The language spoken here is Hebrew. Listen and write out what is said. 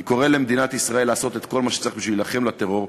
אני קורא למדינת ישראל לעשות את כל מה שצריך לעשות בשביל להילחם בטרור,